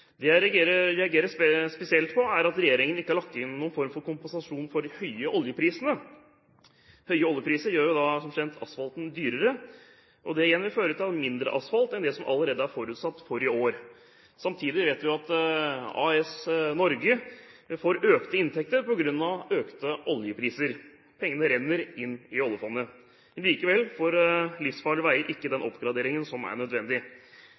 Det jeg reagerer spesielt på, er at regjeringen ikke har lagt inn noen form for kompensasjon for de høye oljeprisene. Høye oljepriser gjør som kjent asfalten dyrere, og det igjen vil føre til mindre asfalt enn det som allerede er forutsatt for i år. Samtidig vet vi at «AS Norge» får økte inntekter på grunn av økte oljepriser. Pengene renner inn i oljefondet. Likevel får livsfarlige veier ikke den oppgraderingen som er nødvendig.